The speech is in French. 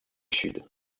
sud